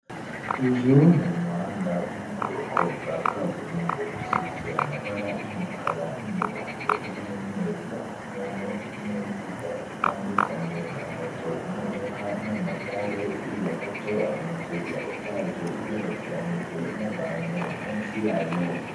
Uyu ni umuhanda wo mu bwoko bwa kaburimbo, usize amabara y'umukara n'imirongo y'umweru, haranyuramo ibinyabiziga bitandukanye: nka moto, imodoka n'amagare, hirya gato hari inzu ya etaje igerekeranyije n'abantu munsi yayo.